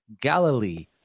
Galilee